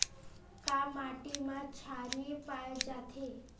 का माटी मा क्षारीय पाए जाथे?